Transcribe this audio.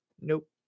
nope